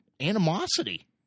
animosity